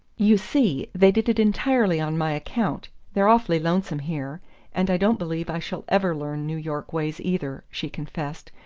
you see, they did it entirely on my account they're awfully lonesome here and i don't believe i shall ever learn new york ways either, she confessed,